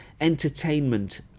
entertainment